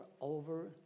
over